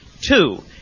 two